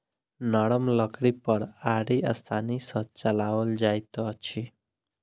नरम लकड़ी पर आरी आसानी सॅ चलाओल जाइत अछि